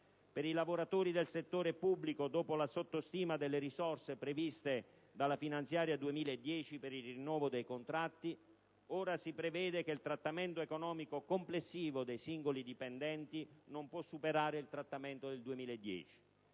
Per i lavoratori del settore pubblico, dopo la sottostima delle risorse previste dalla finanziaria 2010 per il rinnovo dei contratti, ora si prevede che il trattamento economico complessivo dei singoli dipendenti non possa superare quello del 2010.